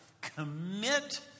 commit